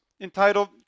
entitled